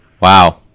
Wow